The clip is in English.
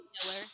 Killer